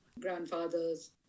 grandfathers